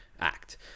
act